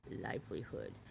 livelihood